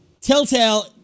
Telltale